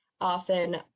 often